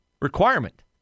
requirement